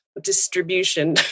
distribution